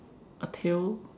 a tail